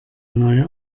neue